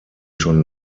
schon